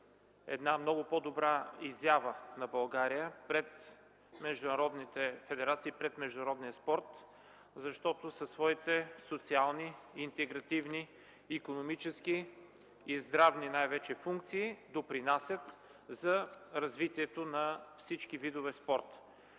една много по-добра изява на България пред международните федерации и пред международния спорт, защото със своите социални, интегративни, икономически и най-вече здравни функции допринасят за развитието на всички видове спорт.